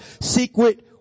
Secret